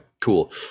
Cool